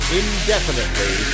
indefinitely